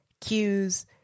Cues